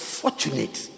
fortunate